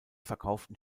verkauften